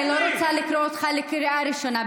אני לא רוצה לקרוא אותך קריאה ראשונה,